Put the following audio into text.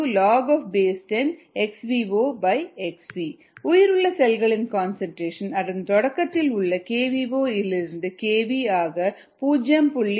303kd log10 உயிருள்ள செல்களின் concentration அதன் தொடக்கத்தில் உள்ள xvo இல் இருந்து xv ஆக 0